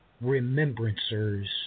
remembrancers